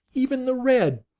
even the red,